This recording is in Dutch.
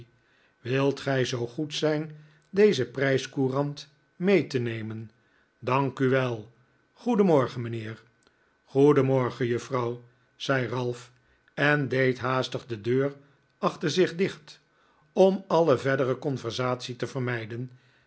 wilt gij zoo goed zijn deze prijscourant mee te nemen dank u wel goedenmorgen mijnheer goedenmorgen juffrouw zei ralph en deed haastig de deur achter zich dicht om alle verdere conversatie te vermijden